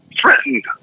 threatened